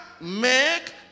make